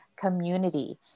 community